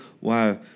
wow